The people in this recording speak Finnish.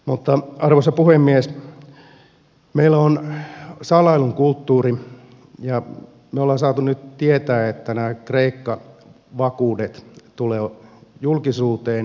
mutta arvoisa puhemies meillä on salailun kulttuuri ja me olemme saaneet nyt tietää että nämä kreikka vakuudet tulevat julkisuuteen hyvä niin